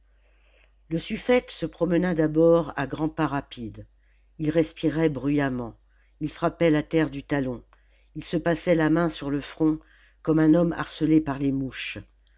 le suffète se promena d'abord à grands pas rapides il respirait bruyamment il frappait la terre du talon il se passait la main sur le front comme un homme harcelé par les mouches